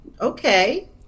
Okay